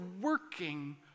working